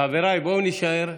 חבריי, בואו נישאר באווירה.